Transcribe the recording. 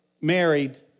married